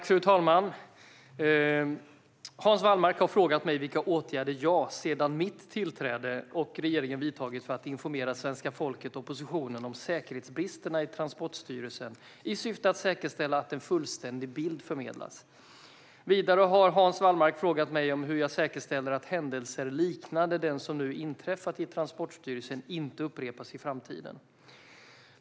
Fru talman! Hans Wallmark har frågat mig vilka åtgärder jag, sedan mitt tillträde, och regeringen vidtagit för att informera svenska folket och oppositionen om säkerhetsbristerna i Transportstyrelsen i syfte att säkerställa att en fullständig bild förmedlas. Vidare har Hans Wallmark frågat mig hur jag säkerställer att händelser liknande den som nu inträffat i Transportstyrelsen inte upprepas i framtiden.